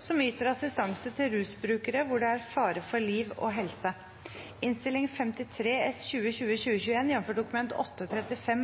som iallfall Senterpartiet vurderer det. Flere har ikke bedt om ordet til sak